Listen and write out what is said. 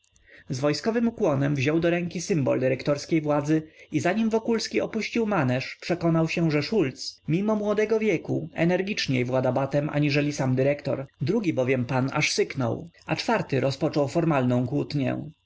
z wojskowym ukłonem wziął do ręki symbol dyrektorskiej władzy i zanim wokulski opuścił maneż przekonał się że szulc mimo młodego wieku energiczniej włada batem aniżeli sam dyrektor drugi bowiem pan aż syknął a czwarty rozpoczął formalną kłótnię